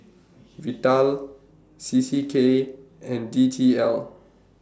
Vital C C K and D T L